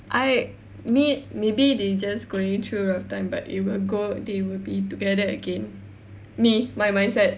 I mean maybe they're just going through a rough time but it will go they will be together again me my mindset